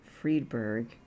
Friedberg